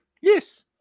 Yes